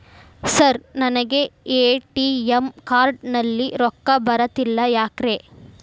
Sir ನನಗೆ ATM card ನಲ್ಲಿ ರೊಕ್ಕ ಬರತಿಲ್ಲ ಯಾಕ್ರೇ?